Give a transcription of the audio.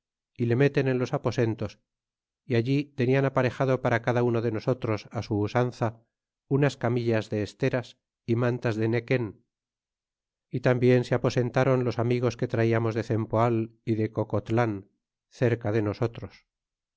y le meten en los aposentos y allí tenian aparejado para cada uno de nosotros á su usanza unas camillas de eteras mantas de nequen y tambien se aposentáron los amigos que traiamos de cempoal y de co cotlan cerca de nosotros